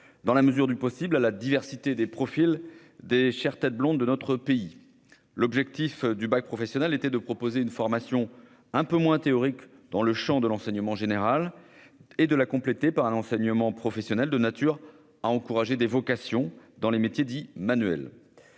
dans la mesure du possible, à la diversité des profils des chères têtes blondes de notre pays. Avec le bac professionnel, il s'agissait de proposer une formation un peu moins théorique dans le champ de l'enseignement général et de la compléter par un enseignement professionnel de nature à encourager des vocations dans les métiers dits manuels.